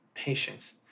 patience